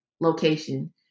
location